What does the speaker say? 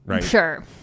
Sure